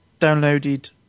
downloaded